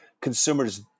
consumers